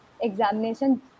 examination